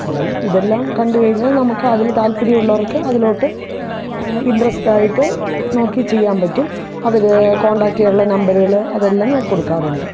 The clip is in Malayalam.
അങ്ങനെ ഇതെല്ലാം കണ്ടു കഴിഞ്ഞാൽ നമുക്കതിൽ താത്പര്യം ഉള്ളവർക്ക് അതിലോട്ട് ഇൻട്രസ്റ്ററ്റായിട്ട് നോക്കി ചെയ്യാൻ പറ്റും അവർ കോൺടാക്റ്റ് ചെയ്യാനുള്ള നമ്പറുകൾ അതെല്ലാം നം കൊടുക്കാറുണ്ട്